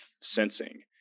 sensing